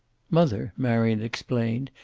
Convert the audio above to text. mother, marion explained,